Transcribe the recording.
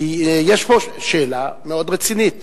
כי יש פה שאלה מאוד רצינית,